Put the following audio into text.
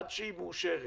עד שהיא מאושרת,